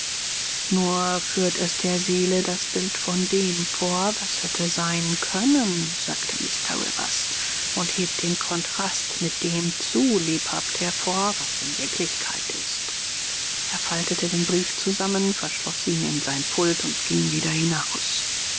nur führt es der seele das bild von dem vor was hätte sein können sagte mr rivers und hebt den kontrast mit dem zu lebhaft hervor was in wirklichkeit ist er faltete den brief zusammen verschloß ihn in sein pult und ging wieder hinaus